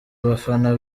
abafana